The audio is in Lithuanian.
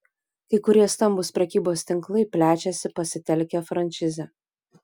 kai kurie stambūs prekybos tinklai plečiasi pasitelkę frančizę